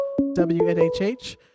wnhh